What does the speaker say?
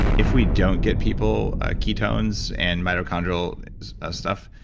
if we don't get people ketones and mitochondrial stuff,